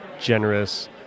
generous